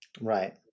Right